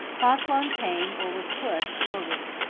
pa sloane came, or was pushed, forward.